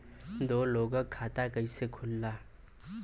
दो लोगक खाता कइसे खुल्ला?